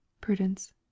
Prudence